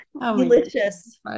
Delicious